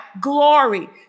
glory